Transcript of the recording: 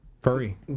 furry